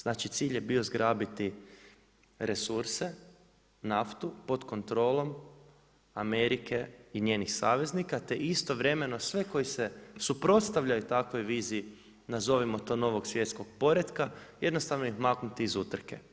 Znači cilj je bio zgrabiti resurse, naftu pod kontrolom Amerike i njenih saveznika, te istovremeno sve koji se suprotstavljaju takvoj viziji, nazovimo to novog svjetskog poretka, jednostavno ih maknuti iz utrke.